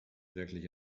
wirklich